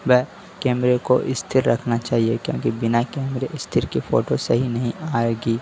व केमरे को स्थिर रखना चाहिए क्योंकि बिना केमरे स्थिर के फोटो सही नहीं आएगी